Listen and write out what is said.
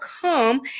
come